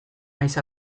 nahiz